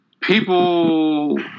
people